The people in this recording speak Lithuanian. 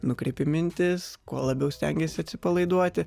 nukreipi mintis kuo labiau stengiesi atsipalaiduoti